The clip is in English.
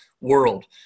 world